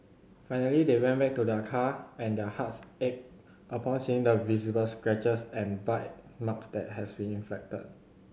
finally they went back to their car and their hearts ached upon seeing the visible scratches and bite marks that has been inflicted